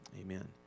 amen